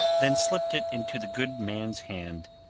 then slipped it into the good man's hand,